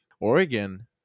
Oregon